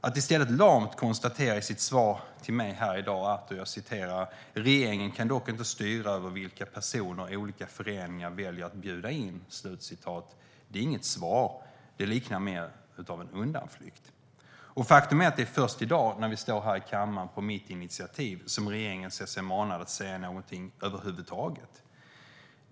Att i stället lamt konstatera i sitt svar till mig här i dag att "regeringen kan dock inte styra över vilka personer olika föreningar väljer att bjuda in" är inget svar. Det liknar mer en undanflykt. Faktum är att det är först i dag, när vi står här i kammaren på mitt initiativ, som regeringen sett sig manad att säga någonting över huvud taget.